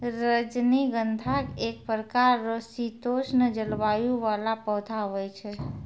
रजनीगंधा एक प्रकार रो शीतोष्ण जलवायु वाला पौधा हुवै छै